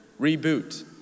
reboot